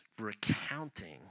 recounting